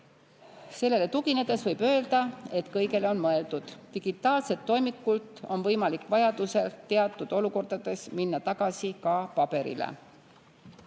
Sellele tuginedes võib öelda, et kõigele on mõeldud. Digitaalselt toimikult on võimalik vajaduse korral teatud olukordades minna tagasi ka paberile.